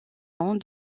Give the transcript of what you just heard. ans